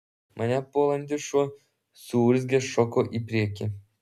mane puolantis šuo suurzgęs šoko į priekį